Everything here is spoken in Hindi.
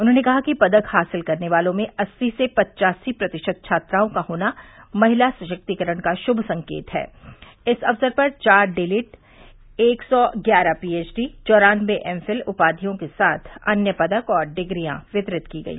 उन्होंने कहा कि पदक हासिल करने वालों में अस्सी से पच्चासी प्रतिशत छात्राओं का होना महिला सराक्तिकरण का शुभ संकेत हैं इस अवसर पर चार डीलिट एक सौ ग्यारह पीएवडी चौरानवे एमफिल उपाधियों के साथ अन्य पदक और डिग्रियां वितरित की गई